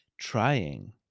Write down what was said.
trying